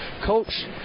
Coach